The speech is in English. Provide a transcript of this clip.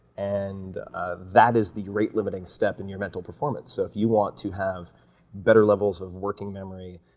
and that is the rate-limiting step in your mental performance. so if you want to have better levels of working memory,